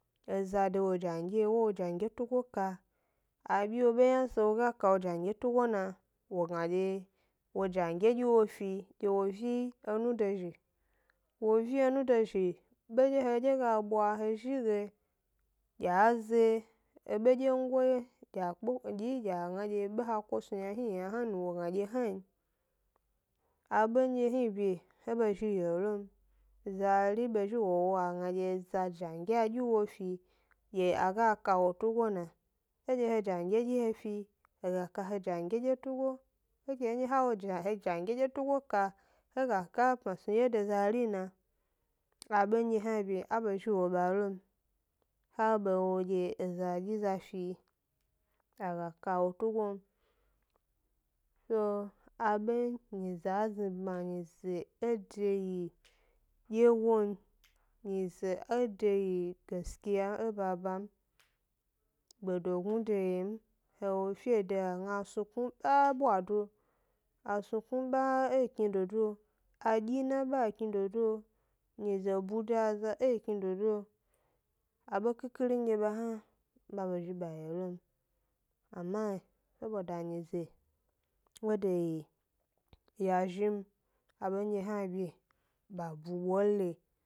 Eza de wo zha ge yi wa wo zhange tugo ka, a byi wo be yna snu wo ga ka wo zhange tuog na wo ga gna dye wo zha ge dyi wfi dye wo zhange vi enu dozhi, be dye hedye ga bwa he zhi ge dye a ze ebe dye bedyegoyi dye a kpe dyi dye a ze bedyego dye ha ko snu yna hni yna hna n wo ga, wo gna dye hna n, a bendye ehni bye e be zhi wo yio lo m zari be zhi wo wo a gna dye za zhange a dyi wo fi a ga ka wo tugo na, ndye he zhange a dyi he fi, he ga ka he zhange dye tugo? He dye ndye ha gni ga he zhange dye tugo ka he ga ka pma snu dye de zarina, abedye hni bye a be zhi a wowo lo m, abe wo dye eza dye za fi a ga ka wo tugo m. so a be nyize a znibma, nyize e de yidyego m, nyize e de yi gaskiya e baba m, gbedognu de yio m, he wo fede a gna a snu kmu e b ae bwa do, a snuknu eba e bwado, adyina e bwa do, nyize zebudo aza yi e bwado, abe khikhiri ndye ba hna babe zhi ba yi lo m, ama sobosds nyize wo de yi yazhi m, abendye hna bye ba bu bole n.